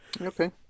okay